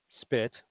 spit